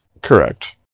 Correct